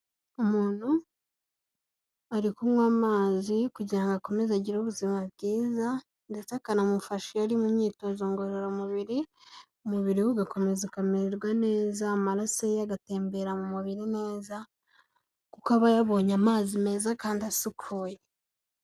Umuntu ari kunywa amazi kugira ngo akomeze agire ubuzima bwiza ndetse akanamufasha iyo ari mu myitozo ngororamubiri umubiri we ugakomeza ukamererwa neza, amaraso ye agatembera mu mubiri neza kuko aba yabonye amazi meza kandi asukuye.